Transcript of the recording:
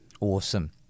Awesome